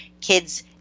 kids